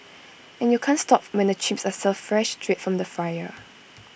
and you can't stop when the chips are served fresh straight from the fryer